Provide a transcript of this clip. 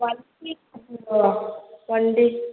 വണ്ടി വണ്ടി